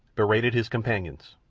berated his companions,